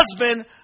husband